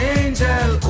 angel